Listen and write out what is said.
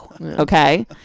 Okay